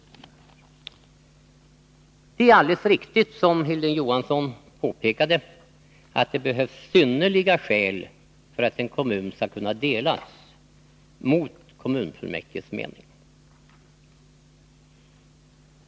Det är alldeles riktigt som Hilding Johansson påpekade att det behövs synnerliga skäl för att en kommun skall kunna delas mot kommunfullmäktiges mening.